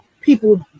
people